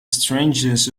strangeness